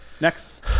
Next